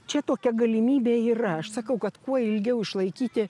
čia tokia galimybė yra aš sakau kad kuo ilgiau išlaikyti